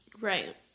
right